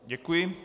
Děkuji.